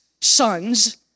sons